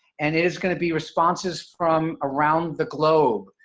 and it is going to be responses from around the globe.